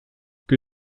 que